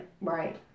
Right